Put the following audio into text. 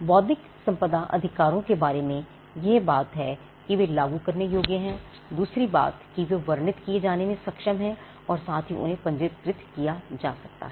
बौद्धिक संपदा अधिकारों के बारे में पहली बात यह है कि वे लागू करने योग्य हैं दूसरी बात कि वे वर्णित किए जाने में सक्षम हैं और उन्हें साथ ही पंजीकृत किया जा सकता है